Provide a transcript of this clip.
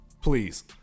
please